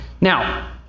Now